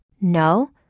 No